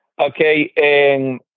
okay